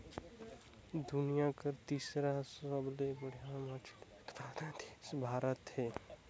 दुनिया कर तीसर सबले बड़खा मछली उत्पादक देश भारत हे